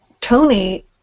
Tony